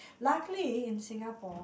luckily in Singapore